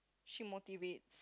she motivates